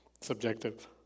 subjective